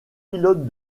pilotes